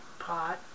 pot